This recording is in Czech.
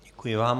Děkuji vám.